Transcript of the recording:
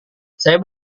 saya